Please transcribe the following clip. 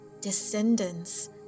descendants